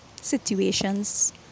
situations